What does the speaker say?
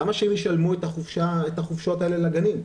למה שהם ישלמו את החופשות האלה לגנים?